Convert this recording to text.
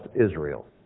Israel